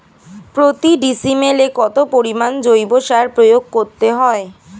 প্রতি ডিসিমেলে কত পরিমাণ জৈব সার প্রয়োগ করতে হয়?